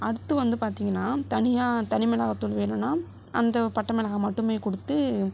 அடுத்து வந்து பார்த்திங்கனா தனியா தனி மிளகாய் தூள் வேணும்னால் அந்த பட்டை மிளகாய் மட்டுமே கொடுத்து